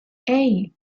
hey